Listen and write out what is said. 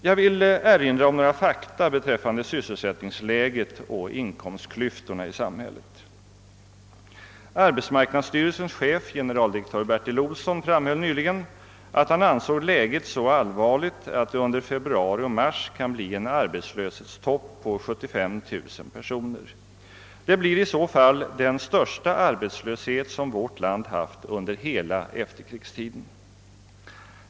Jag vill erinra om några fakta beträffande sysselsättningsläget och inkomstklyftorna i samhället. Arbetsmarknadsstyrelsens chef, generaldirektör Bertil Olsson, framhöll nyligen, att han ansåg läget så allvarligt, att det under februari och mars kan uppstå en ar betslöshetstopp på 75 000 personer. Det blir i så fall den största arbetslöshet som vårt land haft under hela efterkrigstiden.